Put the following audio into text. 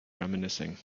reminiscing